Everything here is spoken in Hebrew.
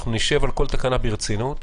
אנחנו נדון בכל תקנה ברצינות,